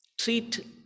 treat